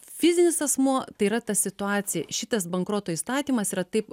fizinis asmuo tai yra ta situacija šitas bankroto įstatymas yra taip